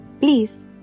Please